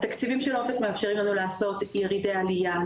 התקציבים של אופק מאפשרים לנו לעשות ירידי עלייה,